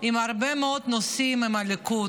-- בהרבה מאוד נושאים עם הליכוד.